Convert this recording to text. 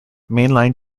mainline